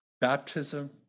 Baptism